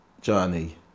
journey